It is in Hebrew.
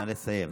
נא לסיים.